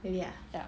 ya